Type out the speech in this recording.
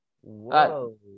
Whoa